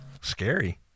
Scary